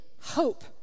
hope